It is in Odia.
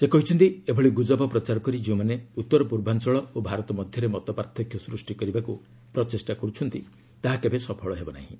ସେ କହିଛନ୍ତି ଏଭଳି ଗୁଜବ ପ୍ରଚାର କରି ଯେଉଁମାନେ ଉତ୍ତରପୂର୍ବାଞ୍ଚଳ ଓ ଭାରତ ମଧ୍ୟରେ ମତପାର୍ଥକ୍ୟ ସୂଷ୍ଟି କରିବାକୁ ପ୍ରଚେଷ୍ଟା କରିଛନ୍ତି ତାହା କେବେ ସଫଳ ହେବ ନାହିଁ